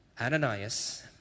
Ananias